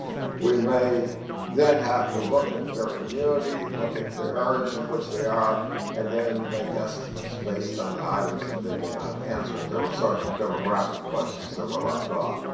we may then have to look at their community, look at the areas in which they are and then make estimates based on the items that they did not answer if there were certain demographic questions that were left off.